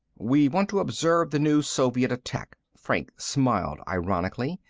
we want to observe the new soviet attack. franks smiled ironically.